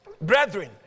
brethren